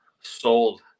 Sold